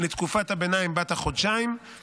נדחה הדיון והתחדש רק לאחרונה.